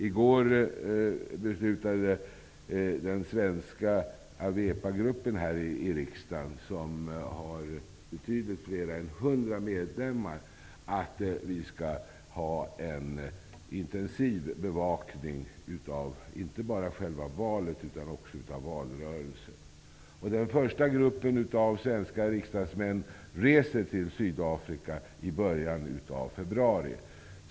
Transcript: I går beslutade vi i den svenska AWEPA-gruppen här i riksdagen -- den har betydligt mer än 100 medlemmar -- att vi skall bevaka inte bara själva valet utan också valrörelsen intensivt. Den första gruppen svenska riksdagsmän reser till Sydafrika i början av februari.